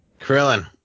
Krillin